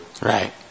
Right